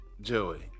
joey